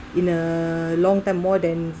in a long time more than